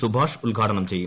സുഭാഷ് ഉദ്ഘാടനം ചെയ്യും